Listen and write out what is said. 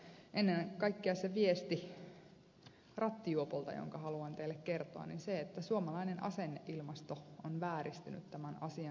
mutta ennen kaikkea se viesti rattijuopolta jonka haluan teille kertoa on se että suomalainen asenneilmasto on vääristynyt tämän asian kanssa